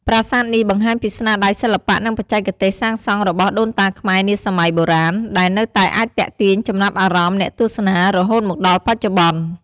ប្រាសាទនេះបង្ហាញពីស្នាដៃសិល្បៈនិងបច្ចេកទេសសាងសង់របស់ដូនតាខ្មែរនាសម័យបុរាណ ដែលនៅតែអាចទាក់ទាញចំណាប់អារម្មណ៍អ្នកទស្សនារហូតមកដល់បច្ចុប្បន្ន។